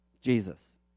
Jesus